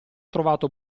trovato